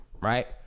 right